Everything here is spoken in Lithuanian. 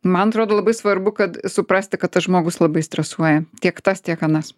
man atrodo labai svarbu kad suprasti kad tas žmogus labai stresuoja tiek tas tiek anas